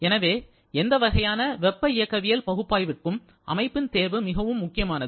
எனவே எந்த வகையான வெப்ப இயக்கவியல் பகுப்பாய்விற்கும் அமைப்பின் தேர்வு மிகவும் முக்கியமானது